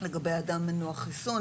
לגבי אדם מנוע חיסון,